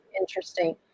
interesting